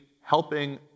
helping